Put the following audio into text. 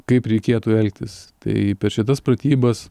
kaip reikėtų elgtis tai per šitas pratybas